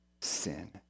sin